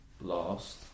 last